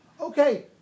Okay